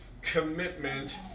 commitment